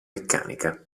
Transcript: meccanica